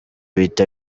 bihita